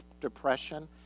Depression